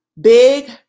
Big